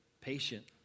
Patient